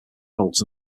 adults